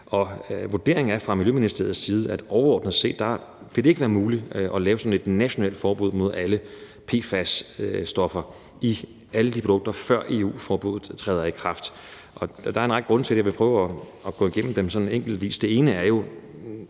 Vurderingen fra Miljøministeriets side er, at overordnet set vil det ikke være muligt at lave sådan et nationalt forbud mod alle PFAS-stoffer i alle de produkter, før EU-forbuddet træder i kraft. Der er en række grunde til det, og jeg vil prøve at gå igennem dem sådan enkeltvis.